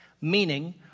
meaning